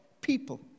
People